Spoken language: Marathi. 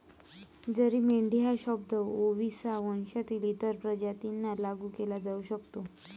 जरी मेंढी हा शब्द ओविसा वंशातील इतर प्रजातींना लागू केला जाऊ शकतो